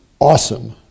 awesome